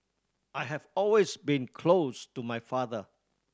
I have always been close to my father